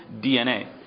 DNA